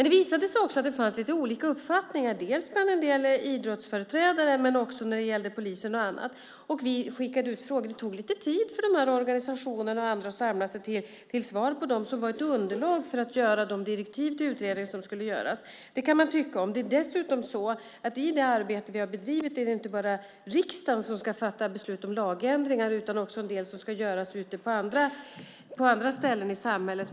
Det visade sig också att det fanns lite olika uppfattningar hos en del idrottsföreträdare men också hos polisen och andra. Vi skickade ut frågor, och det tog lite tid för de här organisationerna och andra att samla sig till svar på dem som skulle vara ett underlag för att ta fram direktiven till utredningen. Det kan man tycka olika saker om. Det är dessutom så att i det arbete vi har bedrivit är det inte bara riksdagen som ska fatta beslut om lagändringar utan också en del som ska göras ute på andra ställen i samhället.